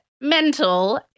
mental